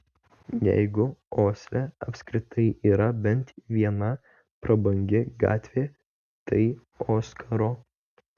jeigu osle apskritai yra bent viena prabangi gatvė tai oskaro